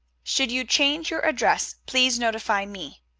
should you change your address, please notify me.